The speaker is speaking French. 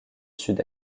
sud